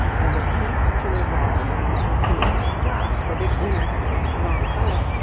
as it ceased to revolve and it was seen that at last the big winner had picked the wrong colour,